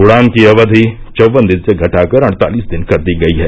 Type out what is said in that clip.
उड़ान की अवधि चौवन दिन से घटा कर अड़तालिस दिन कर दी गई है